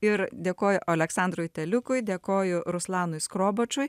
ir dėkoju oleksandrui teliukui dėkoju ruslanui skrobočui